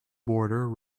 border